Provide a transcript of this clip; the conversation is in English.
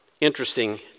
interesting